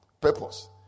purpose